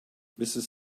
mrs